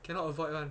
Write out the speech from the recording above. cannot avoid [one]